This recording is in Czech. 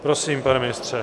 Prosím, pane ministře.